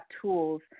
tools